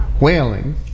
whaling